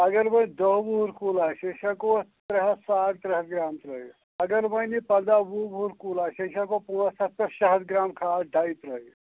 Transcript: اگر وۄنۍ دٔہ وُہُر کُل آسہِ أسۍ ہٮ۪کو اَتھ ترٛےٚ ہَتھ ساڑ ترٛےٚ ہَتھ گرٛام ترٛٲیِتھ اگر وۄنۍ یہِ پنٛداہ وُہ وُہُر کُل آسہِ أسۍ ہٮ۪کو پانٛژھ ہَتھ پٮ۪ٹھ شےٚ ہَتھ گَرٛام کھاد ڈاے ترٛٲیِتھ